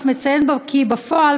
והוא אף מציין כי בפועל,